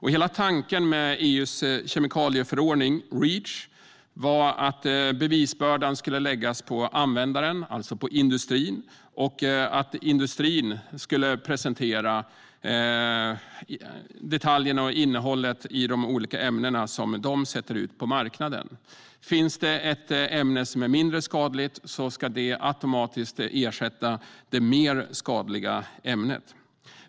Hela tanken med EU:s kemikalieförordning Reach var att bevisbördan skulle läggas på användaren, alltså på industrin, och att industrin skulle presentera detaljerna och innehållet i de olika ämnen som de för ut på marknaden. Om det finns ett ämne som är mindre skadligt ska det automatiskt ersätta det mer skadliga ämnet.